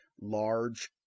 large